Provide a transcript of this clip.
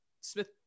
Smith